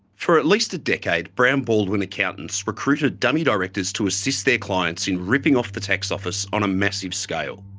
for at least a decade, brown baldwin accountants recruited dummy directors to assist their clients in ripping off the tax office on a massive scale.